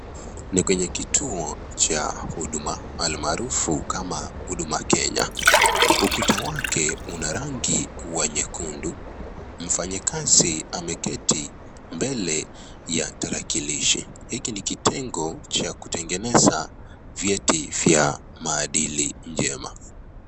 Ni kwenye kituo cha huduma almaharufu kama Huduma Kenya. Ukuta wake una rangi ya nyekundu. Mfanya kazi ameketi mbele ya tarakilishi. Hiki ni kitengo cha kutengenza vyeti vya mahadhili njema.